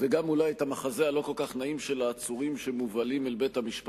וגם אולי את המחזה הלא כל כך נעים של העצורים שמובלים אל בית-המשפט,